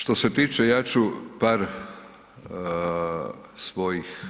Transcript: Što se tiče, ja ću par svojih,